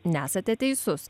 nesate teisus